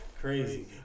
Crazy